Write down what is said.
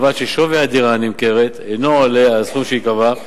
ובלבד ששווי הדירה הנמכרת אינו עולה על סכום שייקבע.